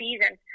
season